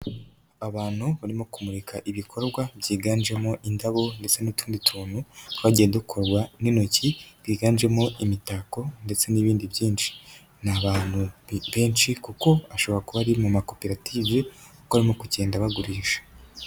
Abantu barimo kumurika ibikorwa byiganjemo indabo ndetse n'utundi tuntu, twagiye dukorwa n'intoki, twiganjemo imitako ndetse n'ibindi byinshi. Ni abantu benshi kuko ashobora kuba ari mu makoperative, kuko barimo kugenda bagurisha.